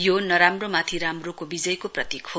यो नराम्रोमाथि राम्रोको विजयको प्रतीक हो